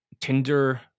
Tinder